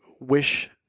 wish